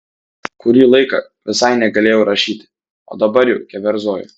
kurį laiką visai negalėjau rašyti o dabar jau keverzoju